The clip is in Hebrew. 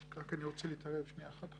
רק אני רוצה להתערב שנייה אחת.